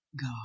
God